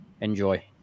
enjoy